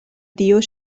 dio